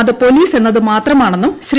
അത് പോലീസ് എന്നത് മാത്രമാണെന്നും ശ്രീ